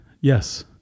Yes